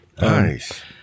Nice